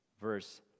verse